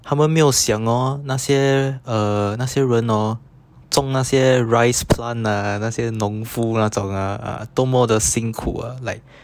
他们没有想 hor 那些 err 那些人 hor 种那些 rice plant ah 那些农夫那种啊多么辛苦 ah like